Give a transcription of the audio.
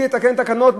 בלי לתקן תקנות?